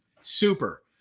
Super